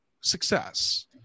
success